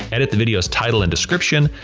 edit the video's title and description,